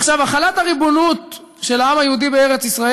עכשיו, החלת הריבונות של העם היהודי בארץ-ישראל